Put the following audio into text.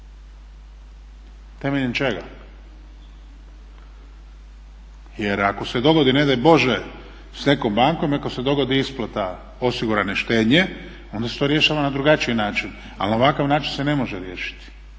Temeljem čega? Jer ako se dogodi ne daj Bože s nekom bankom, ako se dogodi isplata osigurane štednje onda se to rješava na drugačiji način, ali na ovakav način se ne može riješiti.